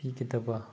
ꯄꯤꯒꯗꯕ